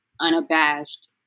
unabashed